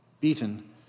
beaten